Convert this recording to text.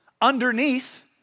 underneath